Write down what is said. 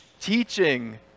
teaching